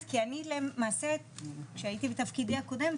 כי אני למעשה שהייתי בתפקידי הקודם,